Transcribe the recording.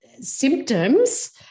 symptoms